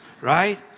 right